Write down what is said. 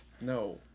No